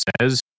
says